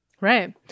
Right